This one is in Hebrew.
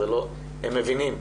הם מבינים,